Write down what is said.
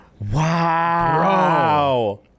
Wow